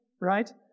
right